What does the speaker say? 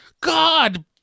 God